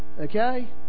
Okay